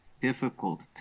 difficult